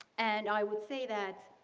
and i would say that